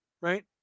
right